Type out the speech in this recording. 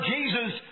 Jesus